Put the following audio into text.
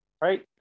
right